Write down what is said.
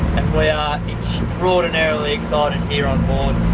we are extraordinarily excited here on board,